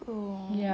cool